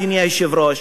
אדוני היושב-ראש,